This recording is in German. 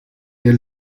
der